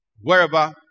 wherever